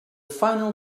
final